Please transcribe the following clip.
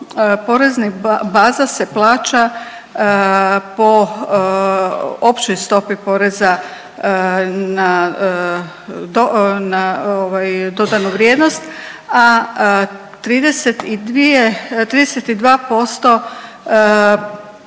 poreznih baza se plaća po općoj stopi poreza na, na ovaj dodanu vrijednost, a 32%